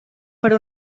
per